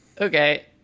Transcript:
Okay